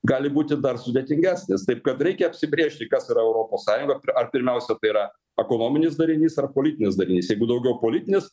gali būti dar sudėtingesnis taip kad reikia apsibrėžti kas yra europos sąjunga ar pirmiausia tai yra ekonominis darinys ar politinis darinys jeigu daugiau politinis